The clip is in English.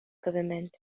government